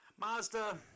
Mazda